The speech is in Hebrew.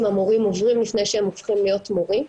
המורים עוברים לפני שהם הופכים להיות מורים,